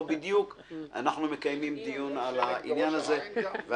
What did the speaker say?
שבדיוק אנחנו מקיימים דיון על הנושא הזה.